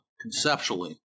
conceptually